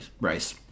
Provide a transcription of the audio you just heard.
race